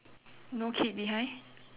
no kid behind